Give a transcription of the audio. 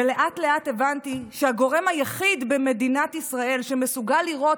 לאט-לאט הבנתי שהגורם היחיד במדינת ישראל שמסוגל לראות